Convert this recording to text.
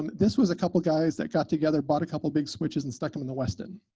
this was a couple of guys that got together, bought a couple of big switches, and stuck them in the west end,